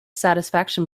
satisfaction